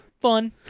fun